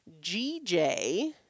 GJ